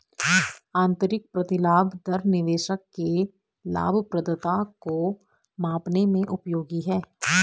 आंतरिक प्रतिलाभ दर निवेशक के लाभप्रदता को मापने में उपयोगी है